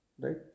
Right